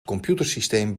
computersysteem